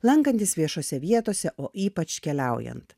lankantis viešose vietose o ypač keliaujant